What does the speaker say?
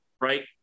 right